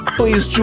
please